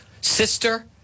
sister